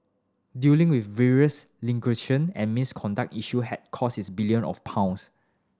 dealing with various languishing and misconduct issue had cost its billion of pounds